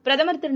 பிரதமர் திரு